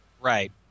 Right